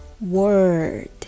Word